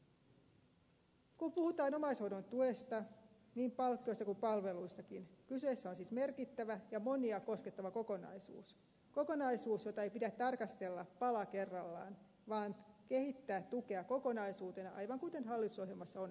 kun puhutaan omaishoidon tuesta niin palkkioista kuin palveluistakin kyseessä on siis merkittävä ja monia koskettava kokonaisuus kokonaisuus jota ei pidä tarkastella pala kerrallaan vaan tukea pitää kehittää kokonaisuutena aivan kuten hallitusohjelmassa on linjattu